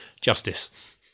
Justice